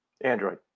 Android